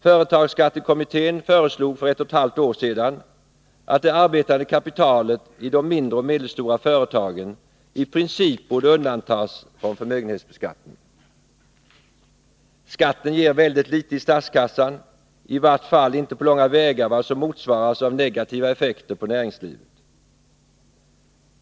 Företagsskattekommittén föreslog för ett och ett halvt år sedan att det arbetande kapitalet i de mindre och medelstora företagen i princip borde undantas från förmögenhetsbeskattning. Skatten ger väldigt litet i statskassan, i vart fall inte på långa vägar vad som motsvaras av negativa effekter på näringslivet.